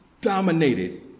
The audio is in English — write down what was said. dominated